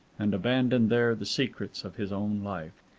and abandon there the secrets of his own life.